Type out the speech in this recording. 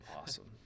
awesome